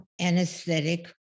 anesthetic